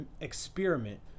experiment